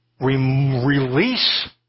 release